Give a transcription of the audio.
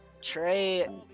Trey